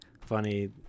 funny